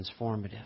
transformative